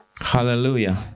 Hallelujah